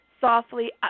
softly